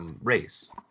Race